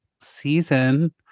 season